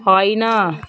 होइन